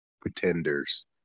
pretenders